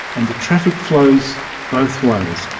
and the traffic flows both ways.